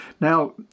now